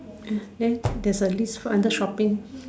eh there there's a list right under shopping